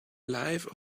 life